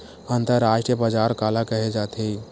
अंतरराष्ट्रीय बजार काला कहे जाथे?